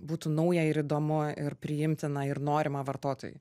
būtų nauja ir įdomu ir priimtina ir norima vartotojui